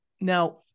Now